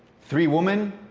three women,